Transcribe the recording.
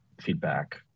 feedback